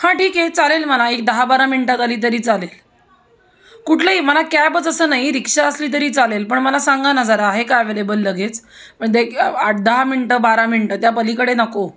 हां ठीक आहे चालेल मला एक दहा बारा मिनटात आली तरी चालेल कुठलंही मला कॅबच असं नाही रिक्षा असली तरी चालेल पण मला सांगा ना जरा आहे का अवेलेबल लगेच म्हणजे आठ दहा मिनटं बारा मिनटं त्या पलीकडे नको